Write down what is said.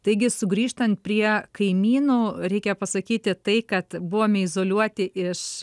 taigi sugrįžtant prie kaimynų reikia pasakyti tai kad buvome izoliuoti iš